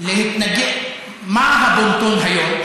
מה הבון טון היום,